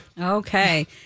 Okay